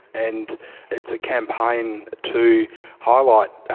and it's a campaign to highlight,